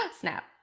snap